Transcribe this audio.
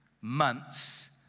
months